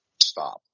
stop